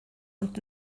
und